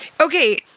Okay